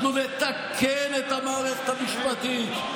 אנחנו נתקן את המערכת המשפטית.